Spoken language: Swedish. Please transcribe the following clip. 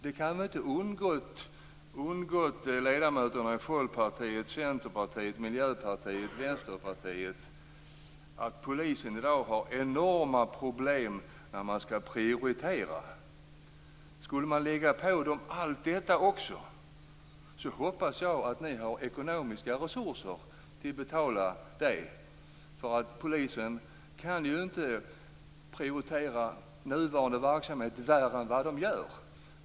Det har väl inte undgått ledamöterna från Folkpartiet, Centerpartiet, Miljöpartiet och Vänsterpartiet att polisen i dag har enorma problem i fråga om prioritering. Skall allt detta också läggas på dem? Jag hoppas att ni har ekonomiska resurser till att betala allt detta. Polisen kan ju inte göra fler prioriteringar i nuvarande verksamhet än vad som redan görs.